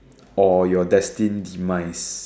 or your destined demise